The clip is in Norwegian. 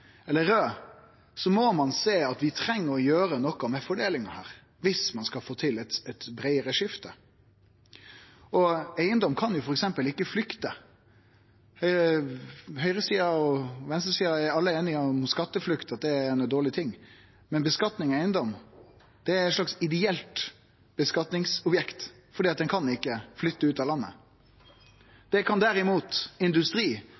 eller raud – må ein sjå at vi treng å gjere noko med fordelinga her viss ein skal få til eit breiare skifte. Eigedom kan f.eks. ikkje flykte. Høgresida og venstresida er alle einige om at skatteflukt er ein dårleg ting, men skattlegging av eigedom er eit slags ideelt skattleggingsobjekt fordi det ikkje kan flytte ut av landet. Det kan derimot industri,